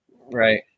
Right